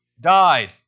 died